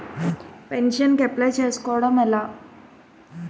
Pension కి apply చేసుకోవడం ఎలా?